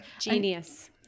Genius